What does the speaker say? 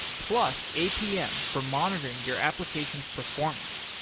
plus, apm for monitoring your application's performance.